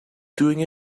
doing